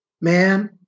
Ma'am